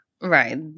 Right